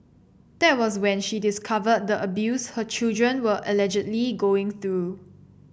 that was when she discovered the abuse her children were allegedly going through